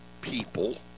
people